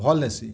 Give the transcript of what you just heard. ଭଲ୍ ଲେସି